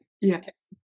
Yes